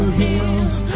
heals